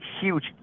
huge